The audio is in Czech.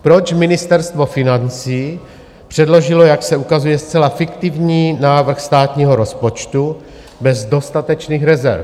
Proč Ministerstvo financí předložilo, jak se ukazuje, zcela fiktivní návrh státního rozpočtu bez dostatečných rezerv?